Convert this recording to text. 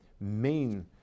main